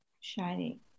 shining